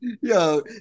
Yo